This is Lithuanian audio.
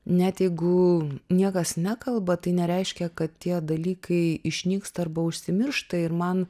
net jeigu niekas nekalba tai nereiškia kad tie dalykai išnyksta arba užsimiršta ir man